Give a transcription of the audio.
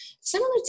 similar